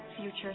future